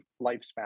lifespan